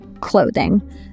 clothing